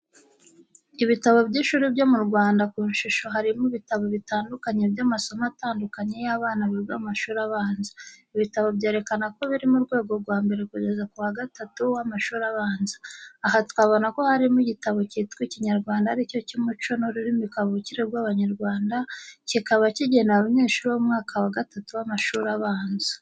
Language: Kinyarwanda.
Ibitabo by'ishuri byo mu Rwanda ku ishusho harimo ibitabo bitandukanye by'amasomo atandukanye y'abana biga mu mashuri abanza. Ibitabo byerekana ko biri mu rwego rwa mbere kugeza ku wa gatatu w’amashuri abanza. Aha twabona ko harimo n’igitabo cyitwa Ikinyarwanda ari cyo cy'umuco n'ururimi kavukire rw'Abanyarwanda, kikaba kigenewe abanyeshuri bo mu mwaka wa gatatu w’amashuri abanza.